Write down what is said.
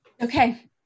Okay